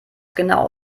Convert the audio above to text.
genau